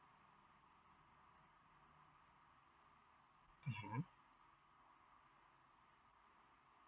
mm